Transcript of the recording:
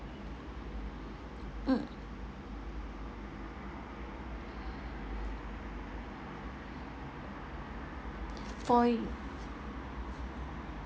mm for